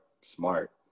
smart